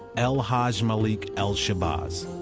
el-hajj malik el-shabazz.